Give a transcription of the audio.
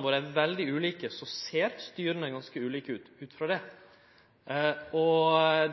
våre er veldig ulike, ser styra ganske ulike ut.